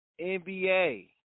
NBA